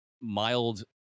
mild